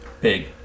big